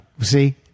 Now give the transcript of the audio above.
See